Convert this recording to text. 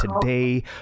today